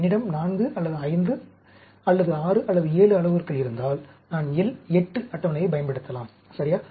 என்னிடம் 4 அல்லது 5 அல்லது 6 அல்லது 7 அளவுருக்கள் இருந்தால் நான் L 8 அட்டவணையைப் பயன்படுத்தலாம் சரியா